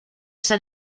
san